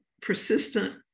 persistent